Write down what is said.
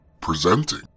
Presenting